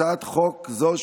הצעת חוק זאת,